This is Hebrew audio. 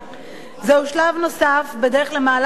זהו שלב נוסף בדרך למהלך נרחב,